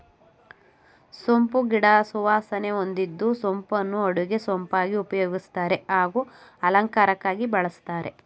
ಸೋಂಪು ಗಿಡ ಸುವಾಸನೆ ಹೊಂದಿದ್ದು ಸೋಂಪನ್ನು ಅಡುಗೆ ಸೊಪ್ಪಾಗಿ ಉಪಯೋಗಿಸ್ತಾರೆ ಹಾಗೂ ಅಲಂಕಾರಕ್ಕಾಗಿ ಬಳಸ್ತಾರೆ